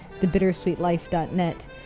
thebittersweetlife.net